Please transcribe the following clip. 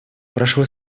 прошло